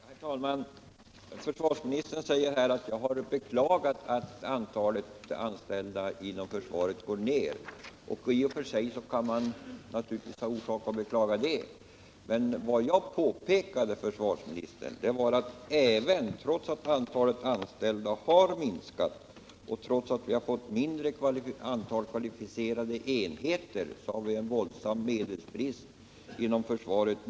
Herr talman! Försvarsministern säger att jag har beklagat att antalet anställda inom försvaret går ner, och man kan naturligtvis i och för sig ha orsak att beklaga det. Men vad jag påpekade, herr försvarsminister, var att vi, trots att antalet anställda och antalet kvalificerade enheter har minskat, nu haren våldsam medelsbrist inom försvaret.